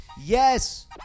Yes